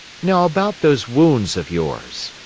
now about those wounds of yours.